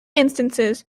instances